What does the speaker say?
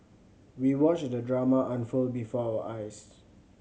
we watched the drama unfold before our eyes